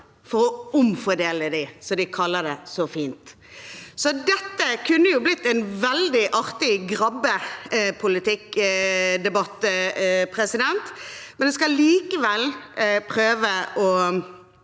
for å «omfordele» dem, som de kaller det så fint. Dette kunne jo blitt en veldig artig grabbepolitikk-debatt, men jeg skal likevel prøve å